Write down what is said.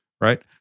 right